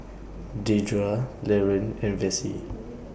Dedra Laron and Vassie